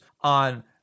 on